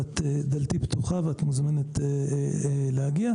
דלתי פתוחה ואת מוזמנת להגיע,